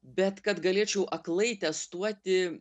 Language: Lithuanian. bet kad galėčiau aklai testuoti